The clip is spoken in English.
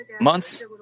months